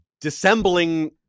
dissembling